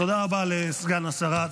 תודה רבה לסגן השרה.